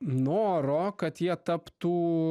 noro kad jie taptų